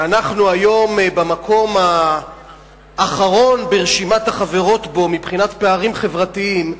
שאנחנו היום במקום האחרון ברשימת החברות בו מבחינת פערים חברתיים,